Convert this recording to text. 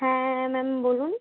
হ্যাঁ ম্যাম বলুন